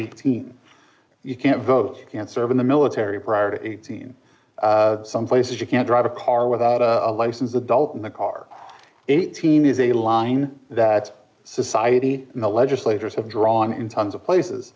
the you can't vote can't serve in the military prior to eighteen some places you can drive a car without a license adult in the car eighteen is a line that society in the legislators have drawn in tons of places